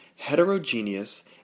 heterogeneous